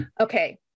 Okay